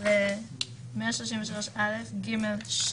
התכוונתם לסעיף 133א(ג)(2).